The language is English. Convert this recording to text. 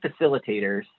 facilitators